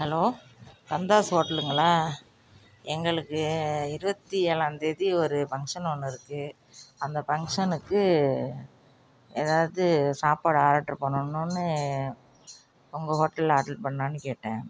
hello Kandhas ஹோட்டலுங்களா எங்களுக்கு இருபத்தி ஏழாம்தேதி ஒரு ஃபங்ஷன் ஒன்று இருக்குது அந்த ஃபங்ஷனுக்கு எதாவது சாப்பாடு ஆர்டர் பண்ணனும்னு உங்கள் ஹோட்டல்ல ஆர்டர் பண்ணலான்னு கேட்டேன்